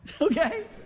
Okay